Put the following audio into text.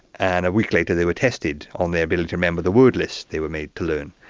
and a week later they were tested on their ability to remember the word list they were made to learn.